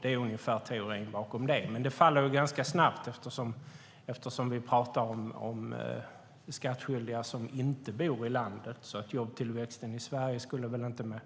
Det är ungefär teorin bakom det. Den faller dock ganska snabbt, eftersom vi talar om skattskyldiga som inte bor i landet. Jobbtillväxten i Sverige skulle väl alltså inte